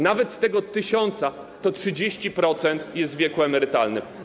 Nawet z tego tysiąca 30% jest w wieku emerytalnym.